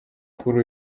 kuri